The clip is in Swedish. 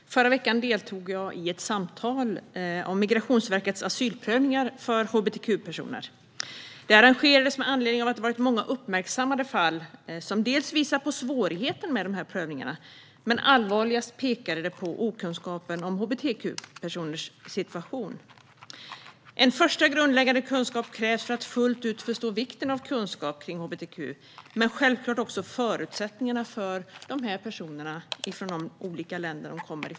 Herr talman! Förra veckan deltog jag i ett samtal om Migrationsverkets asylprövningar gällande hbtq-personer. Det arrangerades med anledning av att det varit många uppmärksammade fall som dels visar på svårigheten med prövningarna, dels - och allvarligast - pekar på okunskapen om hbtq-personers situation. En första grundläggande kunskap krävs för att fullt ut förstå vikten av kunskap kring hbtq men självklart också förutsättningarna för dessa personer i de olika länder de kommer från.